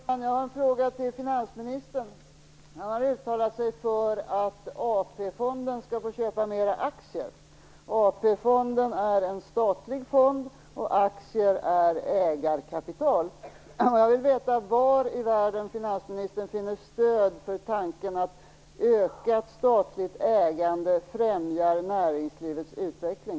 Herr talman! Jag har en fråga till finansministern. Han har uttalat sig för att AP-fonden skall få köpa flera aktier. AP-fonden är en statlig fond, och aktier är ägarkapital. Jag vill veta var i världen finansministern finner stöd för tanken att ökat statligt ägande främjar näringslivets utveckling.